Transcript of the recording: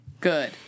Good